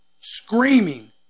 screaming